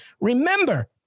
remember